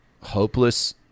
hopeless